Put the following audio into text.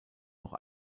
noch